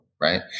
Right